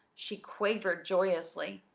she quavered joyously.